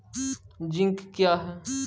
Zinc क्या हैं?